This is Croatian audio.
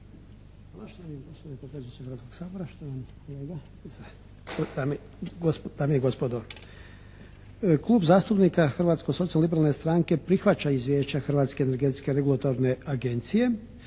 udaljen je od mikrofona/ … dame i gospodo. Klub zastupnika Hrvatske socijalnoliberalne strane prihvaća izvješća Hrvatske energetske regulatorne agencije